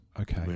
Okay